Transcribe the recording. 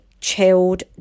chilled